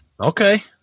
Okay